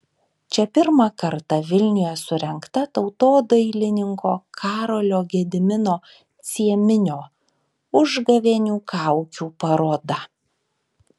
čia pirmą kartą vilniuje surengta tautodailininko karolio gedimino cieminio užgavėnių kaukių paroda